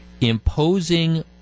imposing